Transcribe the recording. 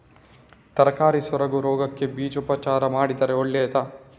ತರಕಾರಿ ಸೊರಗು ರೋಗಕ್ಕೆ ಬೀಜೋಪಚಾರ ಮಾಡಿದ್ರೆ ಒಳ್ಳೆದಾ?